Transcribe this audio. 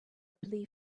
plea